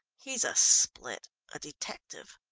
he's a split a detective.